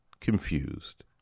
confused